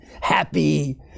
happy